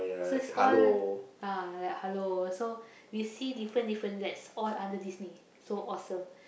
so it's all ah like Halo so we see different different that's all under Disney so awesome